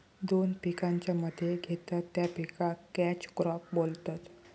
दोन पिकांच्या मध्ये घेतत त्या पिकाक कॅच क्रॉप बोलतत